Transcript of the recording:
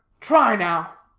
try, now.